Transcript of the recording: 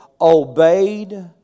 obeyed